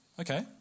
Okay